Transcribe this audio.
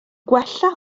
gwella